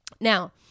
Now